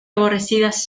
aborrecidas